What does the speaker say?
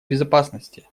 безопасности